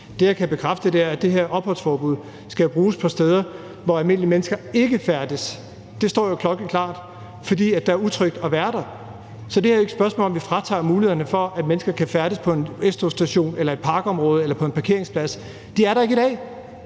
Det, jeg kan bekræfte, er, at det her opholdsforbud jo skal bruges på steder, hvor almindelige mennesker ikke færdes – det står jo klokkeklart – fordi det er utrygt at være der. Så det her er ikke et spørgsmål om, om vi fratager mulighederne for, at mennesker kan færdes på en S-togsstation eller i et parkområde eller på en parkeringsplads. De er der ikke i dag,